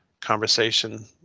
conversation